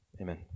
Amen